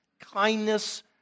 kindness